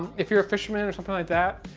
if you're a fisherman or something like that,